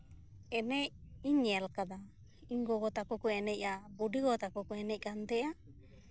ᱮᱱᱮᱡ ᱤᱧ ᱧᱮᱞ ᱟᱠᱟᱫᱟ ᱤᱧ ᱜᱚᱜᱚ ᱛᱟᱠᱚ ᱠᱚ ᱮᱱᱮᱡᱼᱟ ᱵᱩᱰᱤᱜᱚ ᱛᱟᱠᱚ ᱠᱚ ᱮᱱᱮᱡ ᱠᱟᱱ ᱛᱟᱦᱮᱸᱜᱼᱟ